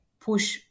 push